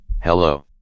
Hello